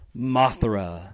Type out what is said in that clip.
Mothra